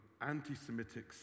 anti-Semitic